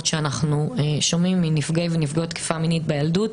שאנחנו שומעים מנפגעי ונפגעות תקיפה מינית בילדות,